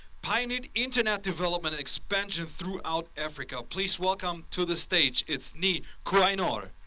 pioneered internet development expansion throughout africa, please welcome to the stage, it's nii quaynor.